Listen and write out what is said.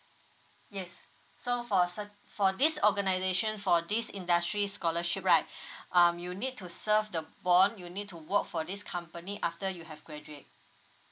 yes so for cer~ for this organization for this industry scholarship right um you need to serve the bond you need to work for this company after you have graduate